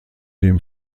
dem